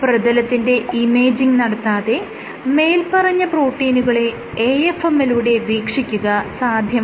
പ്രതലത്തിന്റെ ഇമേജിങ് നടത്താതെ മേല്പറഞ്ഞ പ്രോട്ടീനുകളെ AFM ലൂടെ വീക്ഷിക്കുക സാധ്യമല്ല